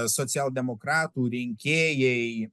socialdemokratų rinkėjai